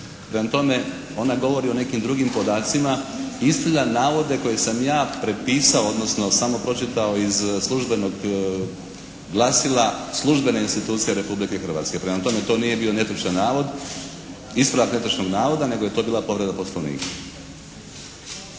Prema tome, ona govori o nekim drugim podacima. Istina navode koje sam ja prepisao, odnosno samo pročitao iz službenog glasila službene institucije Republike Hrvatske. Prema tome, to nije bio netočan navod, ispravak netočnog navoda, nego je to bila povreda Poslovnika.